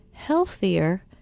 healthier